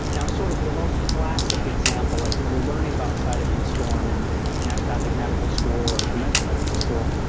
now sort of the most classic example, like when you're learning about cytokine storm, in naturopathic medical school or conventional medical school,